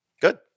Good